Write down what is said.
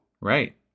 Right